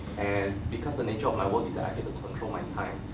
and because the nature of my work is actively controlling my time,